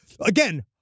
again